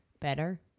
better